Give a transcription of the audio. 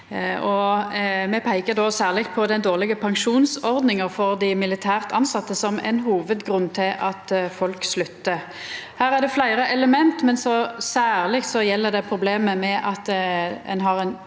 me peikar særleg på den dårlege pensjonsordninga for dei militært tilsette som ein hovudgrunn til at folk sluttar. Her er det fleire element, men det gjeld særleg problemet med at ein har ei